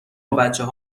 بچهها